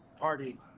party